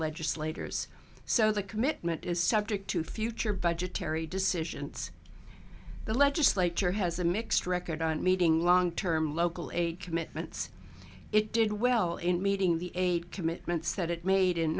legislators so the commitment is subject to future budgetary decisions the legislature has a mixed record on meeting long term local aid commitments it did well in meeting the commitments that it made in